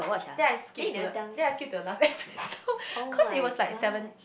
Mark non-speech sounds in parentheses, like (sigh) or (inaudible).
then I skip to the then I skip to the last episode (laughs) so cause it was like seven